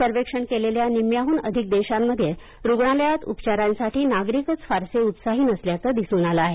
सर्वेक्षण केलेल्या निम्म्याहून अधिक देशांमध्ये रुग्णालयात उपचारांसाठी नागरिकच फारसे उत्साही नसल्याचं दिसून आलं आहे